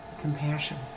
compassion